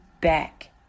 back